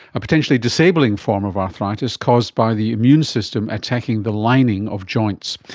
a potentially disabling form of arthritis caused by the immune system attacking the lining of joints.